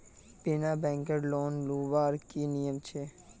बिना बैंकेर लोन लुबार की नियम छे?